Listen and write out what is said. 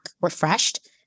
refreshed